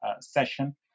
session